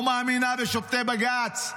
לא מאמינה בשופטי בג"ץ.